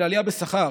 ולעלייה בשכר,